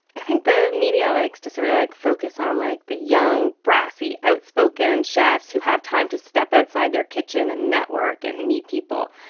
the media likes to sort of like focus on like the young, brassy, outspoken chefs who have time to step outside their kitchen and network and meet people.